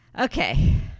Okay